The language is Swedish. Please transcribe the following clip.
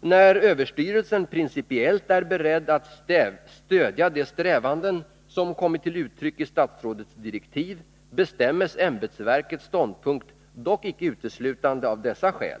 ”När överstyrelsen principiellt är beredd att stödja de strävanden, som kommit till uttryck i statsrådets direktiv, bestämmes ämbetsverkets ståndpunkt dock icke uteslutande av dessa skäl.